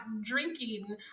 drinking